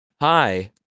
Hi